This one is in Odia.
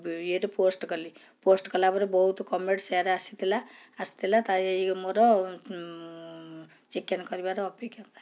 ଇଏରେ ପୋଷ୍ଟ୍ କଲି ପୋଷ୍ଟ୍ କଲାପରେ ବହୁତ କମେଣ୍ଟ୍ ସେୟାର୍ ଆସିଥିଲା ଆସିଥିଲା ତା ଏଇ ମୋର ଚିକେନ୍ କରିବାର ଅଭିଜ୍ଞତା